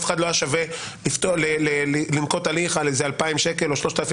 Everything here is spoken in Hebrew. לאף אחד לא היה שווה לנקוט הליך על 2,000 או 3,000